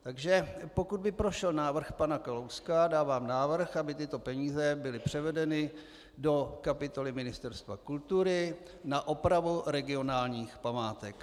Takže pokud by prošel návrh pana Kalouska, dávám návrh, aby tyto peníze byly převedeny do kapitoly Ministerstva kultury na opravu regionálních památek.